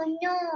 no